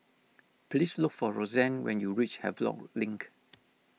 please look for Roxane when you reach Havelock Link